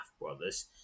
brothers